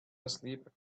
asleep